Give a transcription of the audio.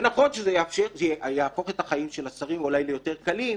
זה נכון שזה יהפוך את החיים של השרים אולי ליותר קלים,